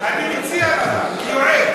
אני מכיר כיועץ,